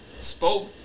spoke